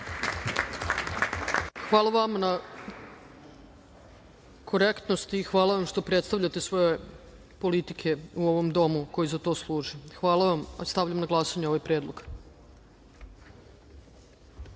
Hvala vama na korektnosti i hvala vama što predstavljate svoje politike u ovom domu koji za to služi. Hvala vam. Stavljam na glasanje ovaj